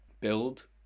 build